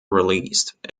released